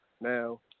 Now